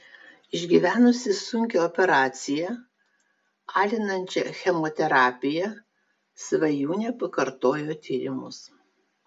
išgyvenusi sunkią operaciją alinančią chemoterapiją svajūnė pakartojo tyrimus